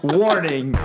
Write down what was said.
warning